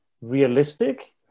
realistic